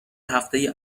هفته